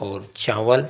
और चावल